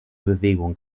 bewegung